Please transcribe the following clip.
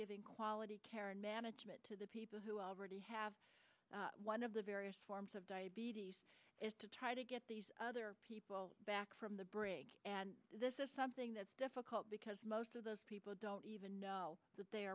giving quality care and management to the people who already have one of the various forms of diabetes is to try to get these other people back from the brig and this is something that's difficult because most of those people don't even know that they